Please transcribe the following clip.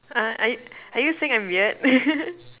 uh I I are you saying I'm weird